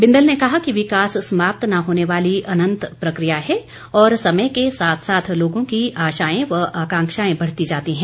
बिंदल ने कहा कि विकास समाप्त न होने वाली अनंत प्रक्रिया है और समय के साथ साथ लोगों की आशाएं व अकांक्षाएं बढ़ती जाती हैं